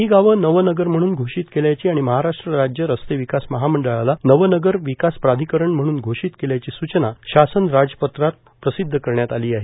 ही गावं नवनगर म्हणून घोषित केल्याची आणि महाराष्ट्र राज्य रस्ते विकास महामंडळाला नवनगर विकास प्राधिकरण म्हणून घोषित केल्याची अधिसूचना शासन राजपत्रात प्रसिद्ध करण्यात आली आहे